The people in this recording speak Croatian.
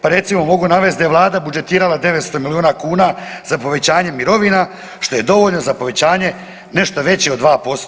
Pa recimo mogu navesti da je Vlada budžetirala 900 milijuna kuna za povećanje mirovina što je dovoljno za povećanje nešto veće od 2%